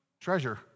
Treasure